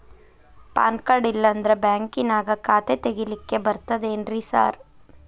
PAN card ಇಲ್ಲಂದ್ರ ಬ್ಯಾಂಕಿನ್ಯಾಗ ಖಾತೆ ತೆಗೆಲಿಕ್ಕಿ ಬರ್ತಾದೇನ್ರಿ ಸಾರ್?